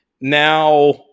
now